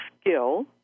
skill